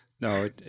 No